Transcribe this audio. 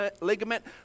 ligament